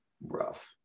rough